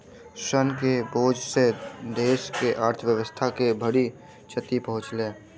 ऋण के बोझ सॅ देस के अर्थव्यवस्था के भारी क्षति पहुँचलै